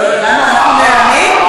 למה, אנחנו נעלמים?